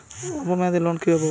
অল্প মেয়াদি লোন কিভাবে পাব?